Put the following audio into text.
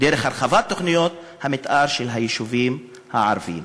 דרך הרחבת תוכניות המתאר של היישובים הערביים.